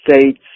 states